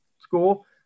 school